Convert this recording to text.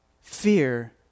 fear